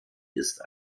ist